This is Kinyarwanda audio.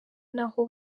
naho